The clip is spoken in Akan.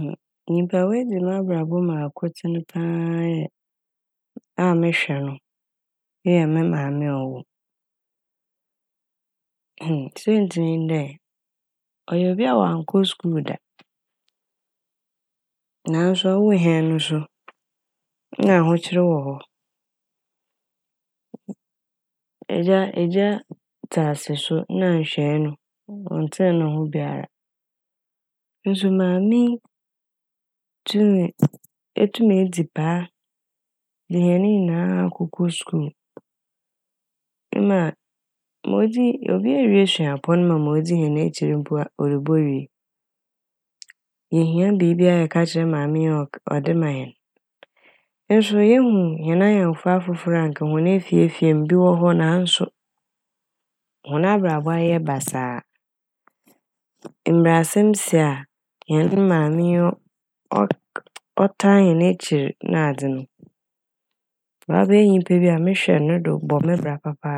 Nyimpa a oedzi m'abrabɔ mu akotsen paa yɛ a mehwɛ no eyɛ me maame a ɔwo m'. Saintsir nye dɛ ɔyɛ obi a ɔannkɔ skuul da naaso ɔwoo hɛn no so na ahokyer wɔ hɔ. Egya egya tse ase so na nhwɛe no ɔnntsen no ho biara nso maame yi tumi etum edzi paa dze hɛn ne nyinaa akokɔ skuul ema a modzi- obia ewie suapɔn ma ma odzi hɛn ekyir mpo a - robowie. Yehia biibia na yɛkakyerɛ maame yi a ɔk- ɔdze ma hɛn eso yehu hɛn anyɛnkofo afofor a nka hɔn efiefie ibi wɔ hɔ naaso hɔn abrabɔ ayeyɛ basaa mbrɛ asɛm si a hɛn maame yi ɔ - ɔk - ɔtaa hɛn ekyir nadze no ɔabɛyɛ nyimpa bi mehwɛ no do bɔ me bra papaapa.